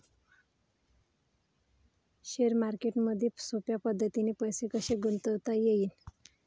Share मार्केटमधी सोप्या पद्धतीने पैसे कसे गुंतवता येईन?